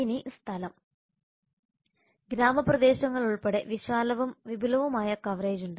ഇനി സ്ഥലം ഗ്രാമപ്രദേശങ്ങൾ ഉൾപ്പെടെ വിശാലവും വിപുലവുമായ കവറേജ് ഉണ്ട്